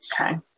Okay